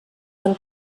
del